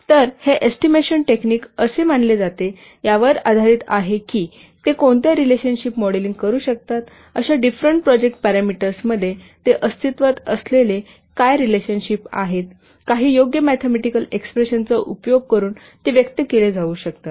तर हे estimation technique हे असे मानले जाते यावर आधारित आहे की ते कोणत्या रिलेशनशिप मॉडेलिंग करू शकतात अशा डिफरेंट प्रोजेक्ट पॅरामीटर्समध्ये ते अस्तित्त्वात असलेले काय रिलेशनशिप आहेत काही योग्य मॅथेमॅटिकल एक्सप्रेशनचा उपयोग करून ते व्यक्त केले जाऊ शकतात